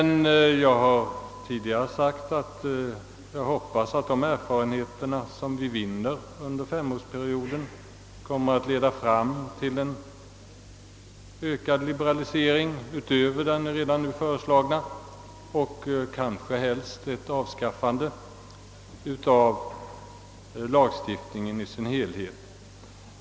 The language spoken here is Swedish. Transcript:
Jag har tidigare förklarat, att jag hoppas att de erfarenheter som vi vinner under femårsperioden kommer att leda fram till en ökad liberalisering utöver den redan nu föreslagna och helst kanske till ett avskaffande av lagstiftningen i dess helhet.